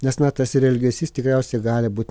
nes na tas ir elgesys tikriausiai gali būt